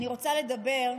אני רוצה לדבר,